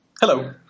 Hello